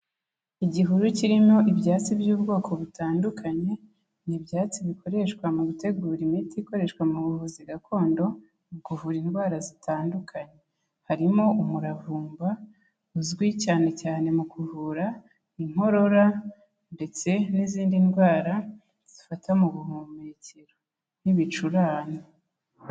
Igihuru kirimo ibyatsi by'ubwoko butandukanye, ni ibyatsi bikoreshwa mu gutegura imiti ikoreshwa mu buvuzi gakondo, mu kuvura indwara zitandukanye harimo umuravumba uzwi cyane cyane mu kuvura inkorora ndetse n'izindi ndwara zifata mu buhumekero nk'ibicurane.